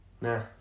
Nah